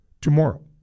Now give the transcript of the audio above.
tomorrow